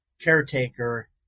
caretaker